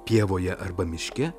pievoje arba miške